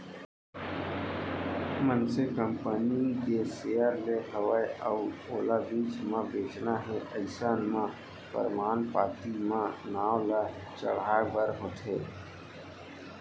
मनसे कंपनी के सेयर ले हवय अउ ओला बीच म बेंचना हे अइसन म परमान पाती म नांव ल चढ़हाय बर होथे